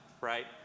right